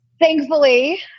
thankfully